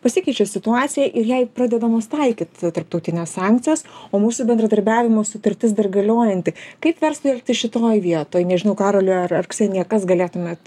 pasikeičia situacija ir jai pradedamos taikyt tarptautinės sankcijos o mūsų bendradarbiavimo sutartis dar galiojanti kaip verslui elgtis šitoj vietoj nežinau karoli ar ar ksenija kas galėtumėt